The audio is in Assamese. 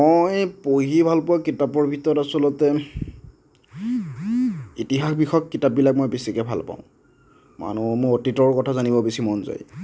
মই পঢ়ি ভাল পোৱা কিতাপৰ ভিতৰত আচলতে ইতিহাস বিষয়ক কিতাপবিলাক মই বেছিকৈ ভাল পাওঁ মানুহৰ মোৰ অতীতৰ কথা জানিবলৈ বেছি মন যায়